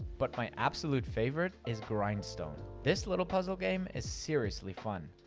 but my absolute favorite is grindstone. this little puzzle game is seriously fun.